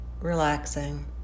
relaxing